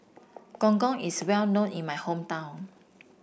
Gong Gong is well known in my hometown